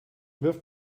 wirf